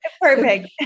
Perfect